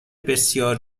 بسیار